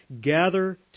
gather